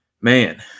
Man